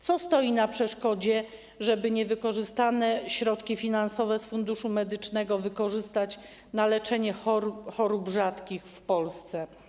Co stoi na przeszkodzie, żeby niewykorzystane środki finansowe z Funduszu Medycznego wykorzystać na leczenie chorób rzadkich w Polsce?